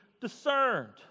discerned